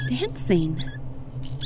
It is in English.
dancing